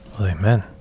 Amen